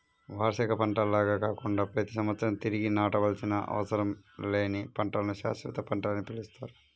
వార్షిక పంటల్లాగా కాకుండా ప్రతి సంవత్సరం తిరిగి నాటవలసిన అవసరం లేని పంటలను శాశ్వత పంటలని పిలుస్తారు